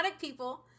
people